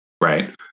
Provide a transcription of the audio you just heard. right